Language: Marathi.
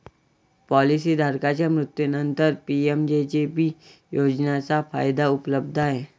पॉलिसी धारकाच्या मृत्यूनंतरच पी.एम.जे.जे.बी योजनेचा फायदा उपलब्ध आहे